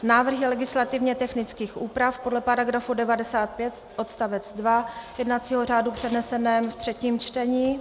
Návrhy legislativně technických úprav podle § 95 odst. 2 jednacího řádu přednesené v třetím čtení.